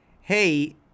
hey—